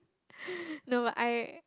no I